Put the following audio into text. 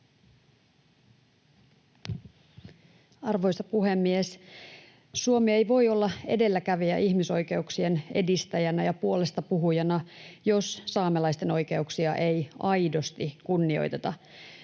Arvoisa puhemies! Suomi ei voi olla edelläkävijä ihmisoikeuksien edistäjänä ja puolestapuhujana, jos saamelaisten oikeuksia ei aidosti kunnioiteta.